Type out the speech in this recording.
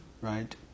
right